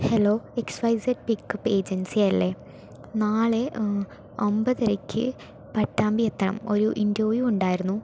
hello X Y Z pickup agency അല്ലേ നാളെ ഒമ്പതരയ്ക്ക് പട്ടാമ്പി എത്തണം ഒരു ഇൻ്റർവ്യൂ ഉണ്ടായിരുന്നു